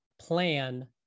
plan